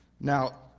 Now